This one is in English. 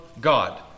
God